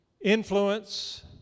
Influence